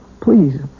Please